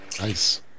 Nice